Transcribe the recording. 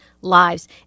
lives